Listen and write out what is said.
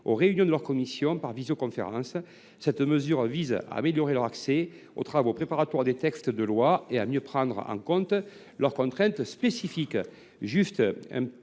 aux réunions de leurs commissions en visioconférence. Cette mesure vise à améliorer leur accès aux travaux préparatoires des textes de loi et à mieux prendre en compte les contraintes spécifiques qui